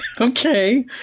Okay